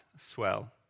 swell